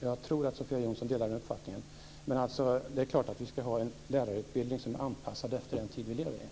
Jag tror att Sofia Jonsson delar den uppfattningen. Men det är klart att vi ska ha en lärarutbildning som är anpassad efter den tid vi lever i.